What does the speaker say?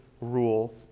rule